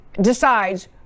decides